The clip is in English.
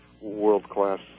world-class